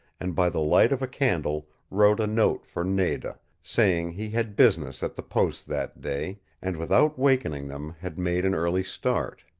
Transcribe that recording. and by the light of a candle wrote a note for nada, saying he had business at the post that day, and without wakening them had made an early start.